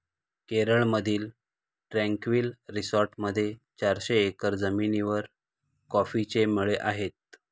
केरळमधील ट्रँक्विल रिसॉर्टमध्ये चारशे एकर जमिनीवर कॉफीचे मळे आहेत